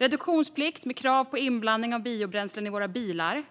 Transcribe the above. Reduktionsplikten med krav på inblandning av biobränslen i våra bilar